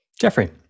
Jeffrey